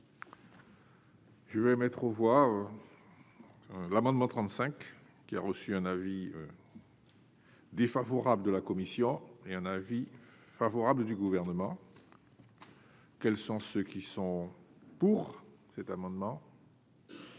Je vais mettre aux voix l'amendement 35 qui a reçu un avis. Défavorable de la commission et un avis favorable du gouvernement. Quels sont ceux qui sont pour cet amendement,